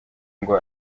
ngo